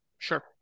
Sure